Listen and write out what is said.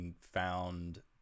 found